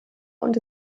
und